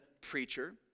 preacher